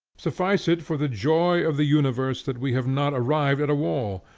suffice it for the joy of the universe that we have not arrived at a wall,